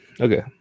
okay